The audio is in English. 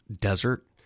desert